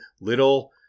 little